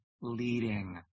leading